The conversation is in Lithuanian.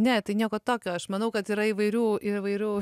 ne tai nieko tokio aš manau kad yra įvairių įvairių